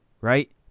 right